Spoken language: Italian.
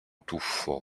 tuffo